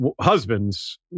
husbands